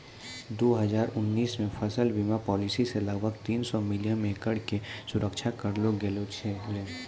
दू हजार उन्नीस मे फसल बीमा पॉलिसी से लगभग तीन सौ मिलियन एकड़ के सुरक्षा करलो गेलौ छलै